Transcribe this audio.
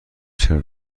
چرا